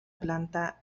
planta